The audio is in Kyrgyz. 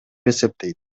эсептейт